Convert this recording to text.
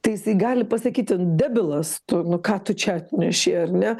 tai jisai gali pasakyti debilas tu nu ką tu čia atnešei ar ne